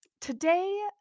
Today